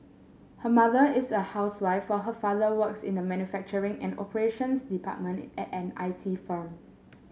her mother is a housewife while her father works in the manufacturing and operations department at an I T firm